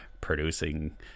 producing